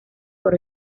por